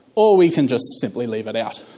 or we can just simply leave it out.